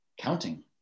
counting